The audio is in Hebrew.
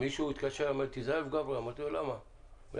דני